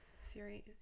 Siri